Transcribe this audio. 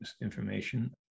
information